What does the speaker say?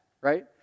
right